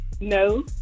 no